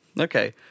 Okay